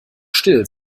still